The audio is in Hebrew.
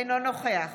אינו נוכח